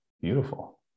beautiful